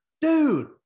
dude